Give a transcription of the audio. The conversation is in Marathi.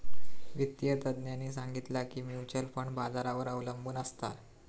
वित्तिय तज्ञांनी सांगितला की म्युच्युअल फंड बाजारावर अबलंबून असता